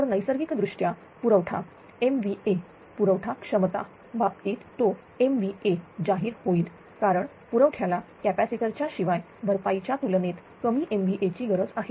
तर नैसर्गिक दृष्ट्या पुरवठा MVA पुरवठा क्षमता बाबतीत तो MVA जाहीर होईल कारण पुरवठ्याला कॅपॅसिटर च्या शिवाय भरपाईच्या तुलनेत कमी MVA ची गरज आहे